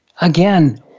again